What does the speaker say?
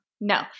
No